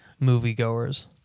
moviegoers